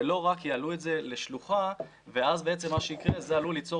ולא רק יעלו את זה לשלוחה ואז בעצם זה עלול ליצור